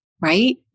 Right